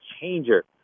changer